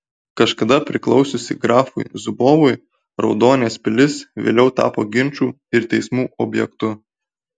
kažkada priklausiusi grafui zubovui raudonės pilis vėliau tapo ginčų ir teismų objektu